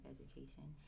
Education